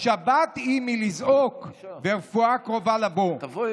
"שבת היא מלזעוק ורפואה קרובה לבוא".